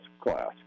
class